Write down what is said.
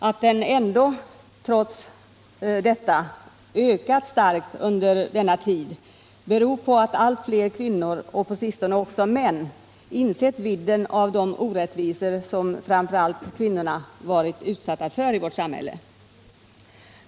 Att den ändå trots detta har ökat starkt under denna tid beror på att allt fler kvinnor — och på sistone också män — har insett vidden av de orättvisor som framför allt kvinnorna har varit utsatta för i vårt samhälle.